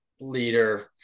leader